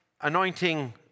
anointing